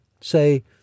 say